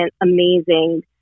amazing